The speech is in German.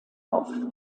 auf